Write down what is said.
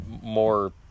more